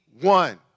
one